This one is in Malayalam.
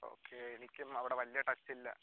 ഓക്കെ എനിക്കും അവിടെ വലിയ ടച്ചില്ല